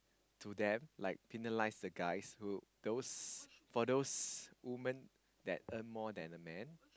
to them like penalize the guys who those for those woman that earn more than a man